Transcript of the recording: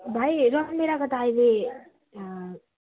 भाई रामभेँडाको त अहिले